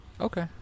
Okay